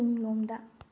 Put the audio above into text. ꯇꯨꯡꯂꯣꯝꯗ